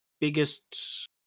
biggest